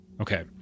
Okay